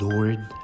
Lord